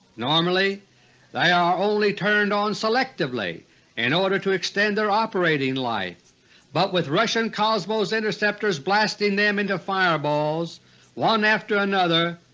normally they are only turned on selectively in order to extend their operating life but with russian cosmos interceptors blasting them into fireballs one after another,